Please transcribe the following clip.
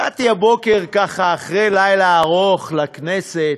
הגעתי הבוקר, ככה, אחרי לילה ארוך לכנסת.